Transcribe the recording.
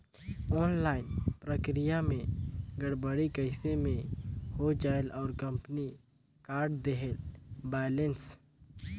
Online प्रक्रिया मे भी गड़बड़ी कइसे मे हो जायेल और कंपनी काट देहेल बैलेंस?